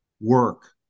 work